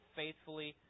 faithfully